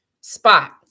spot